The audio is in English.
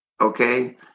Okay